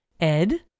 Ed